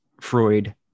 Freud